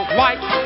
White